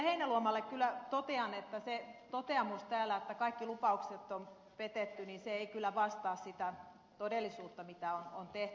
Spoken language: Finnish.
heinäluomalle kyllä totean että se toteamus täällä että kaikki lupaukset on petetty ei kyllä vastaa sitä todellisuutta mitä on tehty